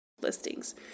listings